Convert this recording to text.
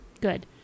good